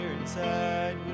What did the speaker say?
inside